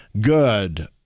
good